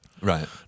Right